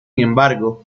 embargo